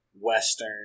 western